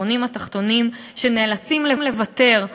במדינות המפותחות האחרות שבהן יש מערכת בריאות ציבורית.